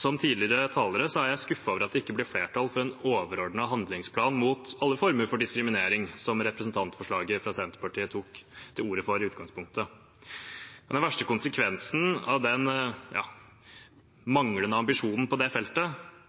som tidligere talere er jeg skuffet over at det ikke blir flertall for en overordnet handlingsplan mot alle former for diskriminering, slik representantforslaget fra Senterpartiet tok til orde for i utgangspunktet. Den verste konsekvensen av den manglende ambisjonen på det feltet